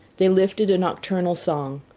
they lifted a nocturnal song,